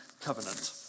covenant